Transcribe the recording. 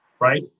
right